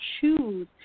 choose